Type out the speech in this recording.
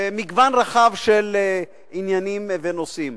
במגוון רחב של עניינים ונושאים.